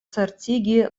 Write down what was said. certigi